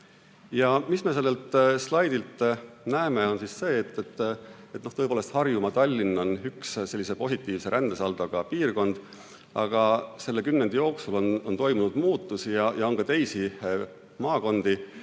Ja mis me sellelt slaidilt näeme, on see, et tõepoolest, Harjumaa ja Tallinn on üks positiivse rändesaldoga piirkond, aga selle kümnendi jooksul on toimunud muutusi ja on ka teisi maakondi,